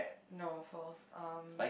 no false um